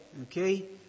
Okay